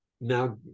now